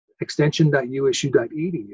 extension.usu.edu